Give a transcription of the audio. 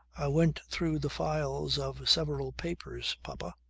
i went through the files of several papers, papa.